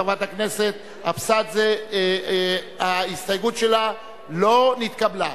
חברת הכנסת אבסדזה, ההסתייגות שלה לא נתקבלה.